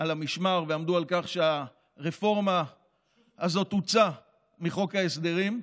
על המשמר ועמדו על כך שהרפורמה הזאת תוצא מחוק ההסדרים,